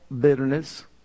bitterness